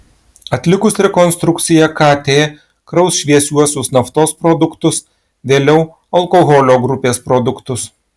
atlikus rekonstrukciją kt kraus šviesiuosius naftos produktus vėliau alkoholio grupės produktus